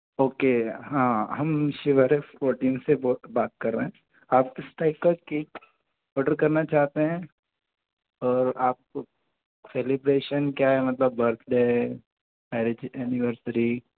okay हाँ हम शिविर ऐफ फोर्टीन से बात कर रहे हैं आप किस टाइप का केक ऑर्डर करना चाहते हैं और आप सेलिब्रेशन क्या है मतलब बर्थडे है मैरिज ऐनिवर्सरी